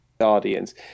Guardians